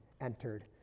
entered